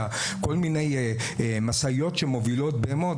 כל מיני משאיות שמובילות בהמות,